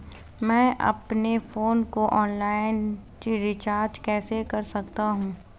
मैं अपने फोन को ऑनलाइन रीचार्ज कैसे कर सकता हूं?